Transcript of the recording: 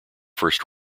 first